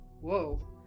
Whoa